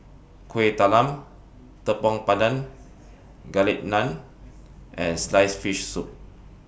Kuih Talam Tepong Pandan Garlic Naan and Sliced Fish Soup